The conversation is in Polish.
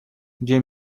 gdzież